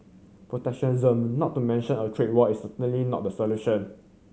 protectionism not to mention a trade war is certainly not the solution